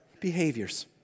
behaviors